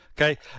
okay